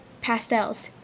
pastels